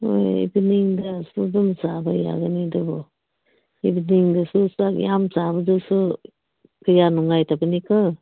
ꯍꯣꯏ ꯏꯕꯤꯅꯤꯡꯗꯁꯨ ꯑꯗꯨꯝ ꯌꯥꯕ ꯌꯥꯒꯅꯤ ꯑꯗꯨꯕꯨ ꯏꯕꯤꯅꯤꯡꯗꯁꯨ ꯆꯥꯛ ꯌꯥꯝ ꯆꯥꯕꯗꯨꯁꯨ ꯀꯌꯥ ꯅꯨꯡꯉꯥꯏꯇꯕꯅꯤꯀꯣ